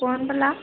कौन भला